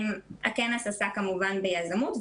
הכנס עסק כמובן ביזמות.